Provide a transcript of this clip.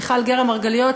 מיכל גרא-מרגליות,